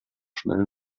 schnell